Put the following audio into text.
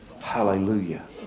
Hallelujah